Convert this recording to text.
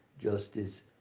Justice